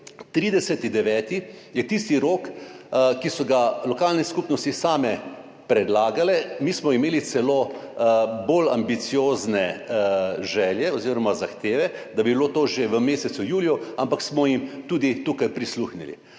9. je tisti rok, ki so ga lokalne skupnosti same predlagale. Mi smo imeli celo bolj ambiciozne želje oziroma zahteve, da bi bilo to že v mesecu juliju, ampak smo jim tudi tukaj prisluhnili.